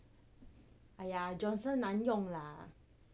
!aiya! johnson 难用 lah